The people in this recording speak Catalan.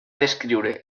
descriure